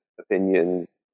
opinions